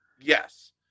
Yes